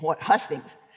Hustings